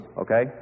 okay